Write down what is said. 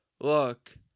Look